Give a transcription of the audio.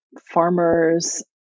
farmers